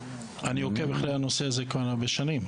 אני עוקב אחרי הנושא הזה כבר הרבה שנים.